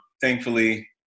thankfully